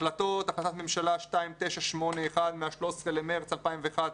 החלטת ממשלה 298 מה-13 במארס 2011,